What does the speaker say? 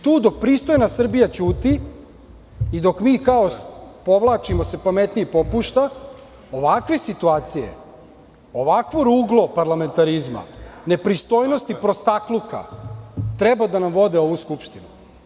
Tu dok pristojna Srbija ćuti i dok se mi povlačimo, pametniji popušta, ovakve situacije, ovakvo ruglo parlamentarizma, nepristojnosti, prostakluka, treba da nam vode ovu skupštinu.